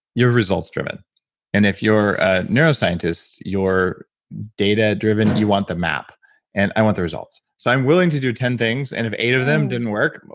you're results driven and if you're a neuroscientist, you're data driven, you want the map and i want the results so i'm willing to do ten things and if eight of them didn't work,